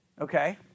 okay